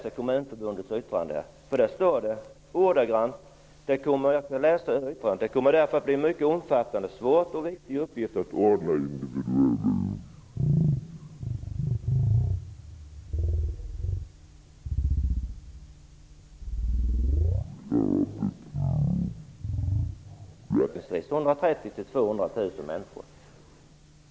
I Kommunförbundets yttrande står följande: Det kommer därför att bli en mycket omfattande, svår och viktig uppgift att ordna individuella insatser med utbildning, praktik och rehabilitering för uppskattningsvis 130 000--200 000 människor.